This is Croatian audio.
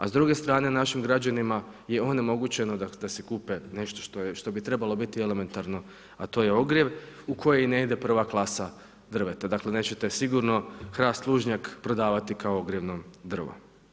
A s druge strane, našim građanima je onemogućeno da si kupe nešto što bi trebalo biti elementarno, a to je ogrjev u koji ne ide I klasa drveta, dakle nećete sigurno hrast lužnjak prodavati kao ogrjevno drvo.